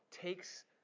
takes